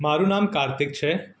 મારું નામ કાર્તિક છે